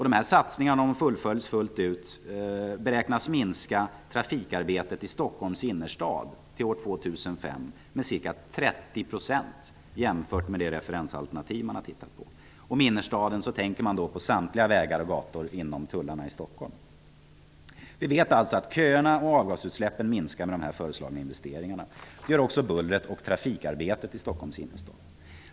Dessa satsningar, om de fullföljs, beräknas minska trafikarbetet i Stockholms innerstad till år 2005 med ca 30 % jämfört med det referensalternativ som man haft. Med innerstaden avser man samtliga vägar och gator inom tullarna i Stockholm. Vi vet att köerna och avgasutsläppen minskar med de föreslagna investeringarna. Det gör också bullret och trafikarbetet i Stockholms innerstad.